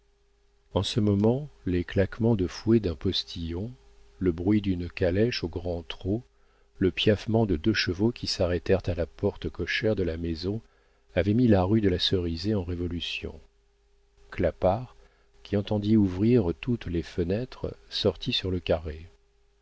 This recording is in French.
en ce moment les claquements de fouet d'un postillon le bruit d'une calèche au grand trot le piaffement de deux chevaux qui s'arrêtent à la porte cochère de la maison avaient mis la rue de la cerisaie en révolution clapart qui entendit ouvrir toutes les fenêtres sortit sur le carré